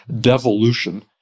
devolution